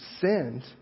sinned